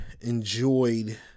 enjoyed